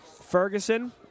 Ferguson